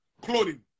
clothing